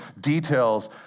details